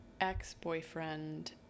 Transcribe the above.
ex-boyfriend